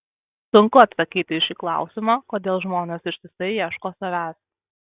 sunku atsakyti į šį klausimą kodėl žmonės ištisai ieško savęs